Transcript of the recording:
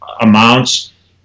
amounts